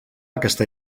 aquesta